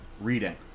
reading